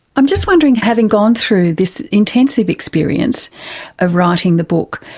i'm just wondering, having gone through this intensive experience of writing the book,